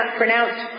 pronounced